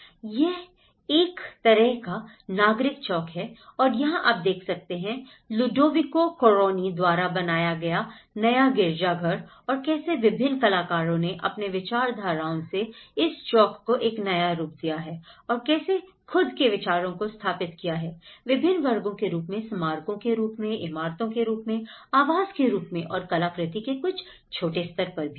यह एक तरह का नागरिक चौक है और यहाँ आप देख सकते हैं लुडोविको क्वारोनी द्वारा बनाया गया नया गिरजाघर और कैसे विभिन्न कलाकारों ने अपने विचारधाराओं से इस चौक को एक नया रूप दिया है और कैसे खुद के विचारों को स्थापित किया है विभिन्न वर्गों के रूप में स्मारकों के रूप में इमारतों के रूप में आवास के रूप में और कलाकृति के कुछ छोटे स्तर पर भी